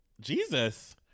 jesus